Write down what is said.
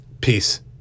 Peace